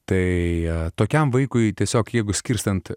tai tokiam vaikui tiesiog jeigu skirstant